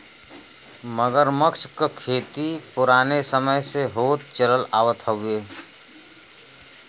मगरमच्छ क खेती पुराने समय से होत चलत आवत हउवे